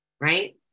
right